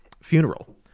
funeral